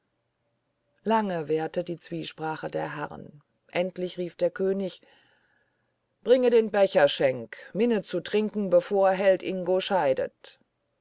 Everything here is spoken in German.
lange währte die zwiesprache der herren endlich rief der könig bringe den becher schenk minne zu trinken bevor held ingo scheidet